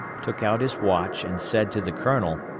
took out his watch and said to the colonel,